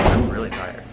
really tired.